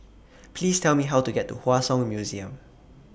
Please Tell Me How to get to Hua Song Museum